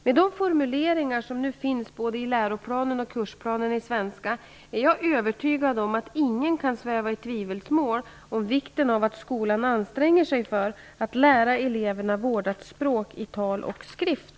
Med de formuleringar som nu finns i både läroplanen och kursplanen i svenska är jag övertygad om att ingen kan sväva i tvivelsmål om vikten av att skolan anstränger sig för att lära eleverna vårdat språk i tal och skrift.